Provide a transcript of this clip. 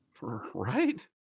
Right